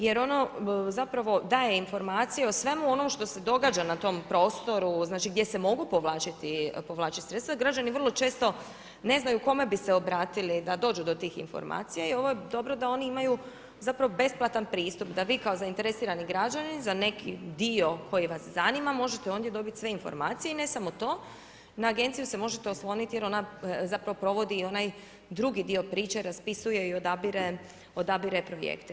Jer ono zapravo daje informaciju o svemu onom što se događa na tom prostoru, znači gdje se mogu povlačiti sredstva i građani vrlo često ne znaju kome bi se obratili da dođu do tih informacija i ovo je dobro da oni imaju zapravo besplatan pristup da vi kao zainteresirani građani za neki dio koji vas zanima možete ondje dobiti sve informacije i ne samo to, na Agenciju se možete osloniti jer ona zapravo provodi i onaj drugi dio priče, raspisuje i odabire projekte.